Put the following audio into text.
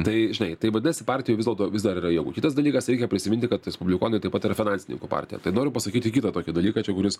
tai žinai tai vadinasi partijoj vis dėl to vis dar yra jėgų kitas dalykas reikia prisiminti kad respublikonai taip pat yra finansininkų partija tai noriu pasakyti kitą tokį dalyką čia kuris